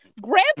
Grandpa